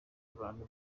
abantu